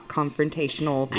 confrontational